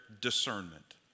discernment